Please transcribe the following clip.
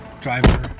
driver